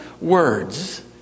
words